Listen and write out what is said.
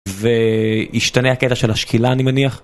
והשתנה הקטע של השקילה אני מניח